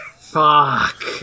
Fuck